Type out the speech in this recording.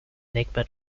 enigma